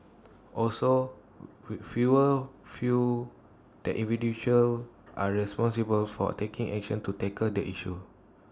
also fewer feel that individuals are responsible for taking action to tackle the issue